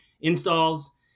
installs